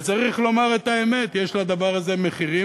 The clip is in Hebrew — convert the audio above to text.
צריך לומר את האמת: יש לדבר הזה מחירים